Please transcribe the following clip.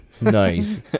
Nice